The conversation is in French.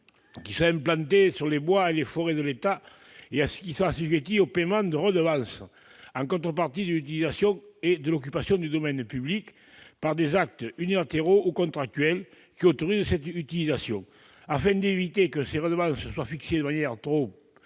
de ski implantées sur les bois et les forêts de l'État sont assujetties au paiement de redevances en contrepartie de l'utilisation ou de l'occupation du domaine public, par des actes unilatéraux ou contractuels autorisant cette utilisation ou cette occupation. Afin d'éviter que ces redevances ne soient fixées de manière trop